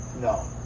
no